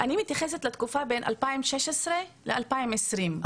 אני מתייחסת לתקופה שבין 2016 ל- 2020,